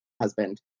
husband